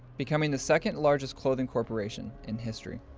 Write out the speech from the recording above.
becoming the second largest clothing corporation in history.